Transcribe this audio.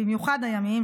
במיוחד הימיים,